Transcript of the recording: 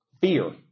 fear